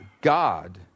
God